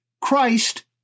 Christ